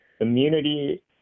Immunity